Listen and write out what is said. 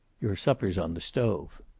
your supper's on the stove.